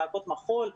להקות המחול,